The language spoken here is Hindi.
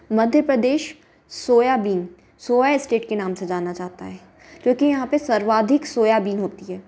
मध्य प्रदेश सोयाबीन सोया स्टेट के नाम से जाना जाता है क्योंकि यहाँ पर सर्वाधिक सोयाबीन होती है